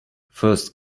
first